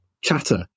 chatter